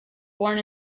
born